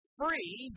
free